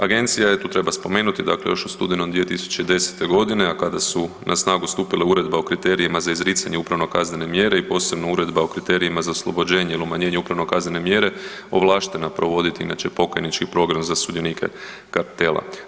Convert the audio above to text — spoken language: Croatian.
Agencija je, tu treba spomenuti, dakle još u studenom 2010. godine a kada su na snagu stupile Uredba o kriterijima za izricanje upravno-kaznene mjere i posebno Uredba o kriterijima za oslobođenje ili umanjenje upravno-kaznene mjere ovlaštena provoditi inače pokajnički program za sudionike kartela.